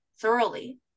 thoroughly